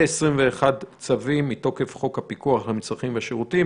ו-21 צווים מתוקף חוק הפיקוח על מצרכים ושירותים.